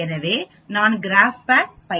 எனவே நான் கிராஃப்ட் பயன்படுத்தலாமா